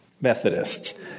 Methodists